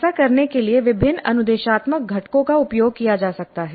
ऐसा करने के लिए विभिन्न अनुदेशात्मक घटकों का उपयोग किया जा सकता है